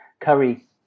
curry